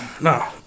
No